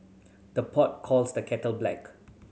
the pot calls the kettle black